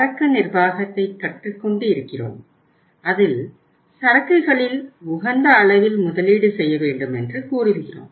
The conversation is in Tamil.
சரக்கு மேலாண்மையில் சரக்குகளில் உகந்த அளவில் முதலீடு செய்ய வேண்டும் என்பதை பார்த்தோம்